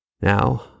Now